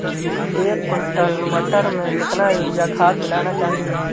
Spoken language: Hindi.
एक कुंटल मटर में कितना यूरिया खाद मिलाना चाहिए?